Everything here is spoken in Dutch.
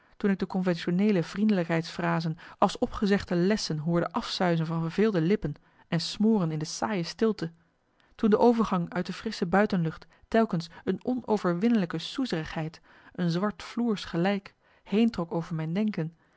toen ik de conventioneele vriendelijkheidsfrasen als opgezegde lessen hoorde afsuizen van verveelde lippen en smoren in de saaie stilte toen de overgang uit de frissche buitenlucht telkens een onoverwinnelijke soezerigheid een zwart floers gelijk heentrok over mijn denken